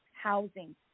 housing